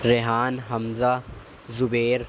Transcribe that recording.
Rehan Hamza Zubair